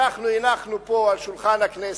אנחנו הנחנו פה על שולחן הכנסת,